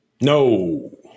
No